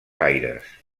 aires